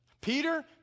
Peter